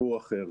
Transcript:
סיפור אחר.